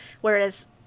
Whereas